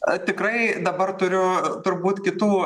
a tikrai dabar turiu turbūt kitų